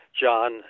John